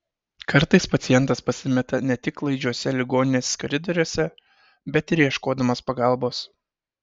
kartais pacientas pasimeta ne tik klaidžiuose ligoninės koridoriuose bet ir ieškodamas pagalbos